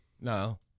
No